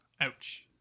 ouch